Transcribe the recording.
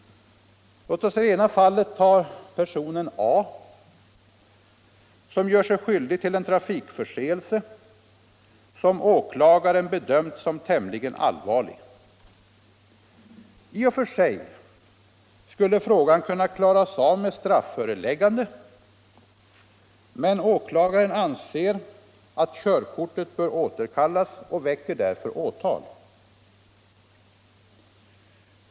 Låt oss ta personen A som gör sig skyldig till en trafikförseelse som åklagaren bedömt så som tämligen allvarlig. I och för sig skulle frågan kunna klaras av med ett straffföreläggande, men åklagaren anser att körkortet bör återkallas och väcker därför åtal.